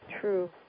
true